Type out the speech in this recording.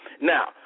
Now